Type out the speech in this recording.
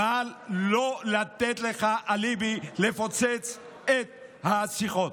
אבל לא לתת לך אליבי לפוצץ את השיחות.